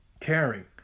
caring